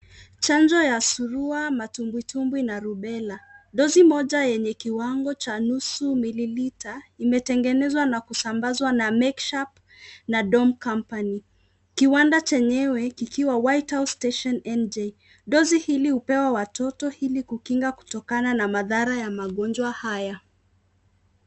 Chanjo ya surua, matumbwitumbwi na rubela. Dosi moja yenye kiwango cha nusu mililita imetengenezwa na kusambazwa na Merck Sharp na Dohme Company. Kiwanda chenyewe kikiwa Whitehouse Station, NJ. Dosi hili hupewa watoto ili kukinga kutokatana na madhara ya magonjwa haya.